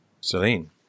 Celine